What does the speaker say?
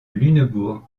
lunebourg